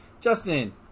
Justin